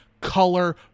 color